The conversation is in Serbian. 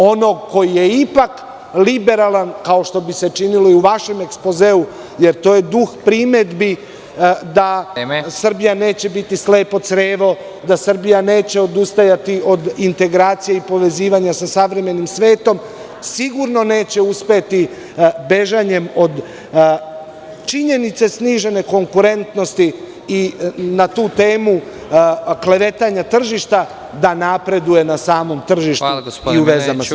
Onog koji je ipak liberalan kao što bi se činilo i u vašem ekspozeu, jer to je duh primedbi da Srbija neće biti slepo crevo, da Srbija neće odustajati od integracija i povezivanja sa savremenim svetom, sigurno neće uspeti bežanjem od činjenice snižene konkurentnosti i na tu tema klevetanja tržišta da napreduje na samom tržištu i u vezama sa